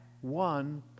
one